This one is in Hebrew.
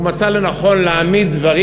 הוא מצא לנכון להעמיד דברים